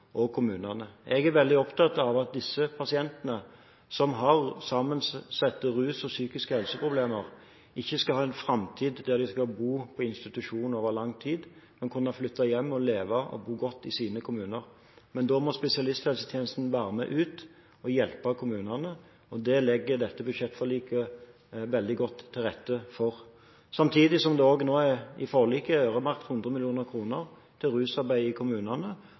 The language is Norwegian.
og kommunene. Jeg er veldig opptatt av at disse pasientene, som har sammensatte psykiske helseproblemer og rusproblemer, ikke skal ha en framtid der de skal bo på institusjon over lang tid, men kunne flytte hjem og leve og bo godt i sine kommuner. Men da må spesialisthelsetjenesten være med ut og hjelpe kommunene, og det legger dette budsjettforliket veldig godt til rette for. Samtidig er det i forliket øremerket 100 mill. kr til rusarbeid i kommunene,